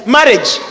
Marriage